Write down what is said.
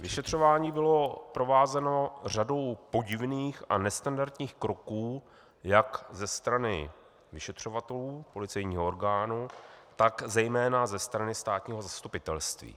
Vyšetřování bylo provázeno řadou podivných a nestandardních kroků jak ze strany vyšetřovatelů, policejního orgánu, tak zejména ze strany státního zastupitelství.